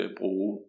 bruge